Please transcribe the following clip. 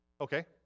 Okay